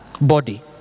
body